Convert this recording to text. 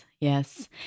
yes